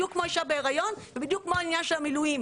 בדיוק כמו אישה בהיריון ובדיוק כמו העניין של המילואים.